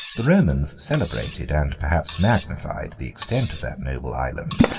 the romans celebrated, and perhaps magnified, the extent of that noble island,